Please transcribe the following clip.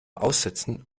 aussitzen